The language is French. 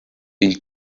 une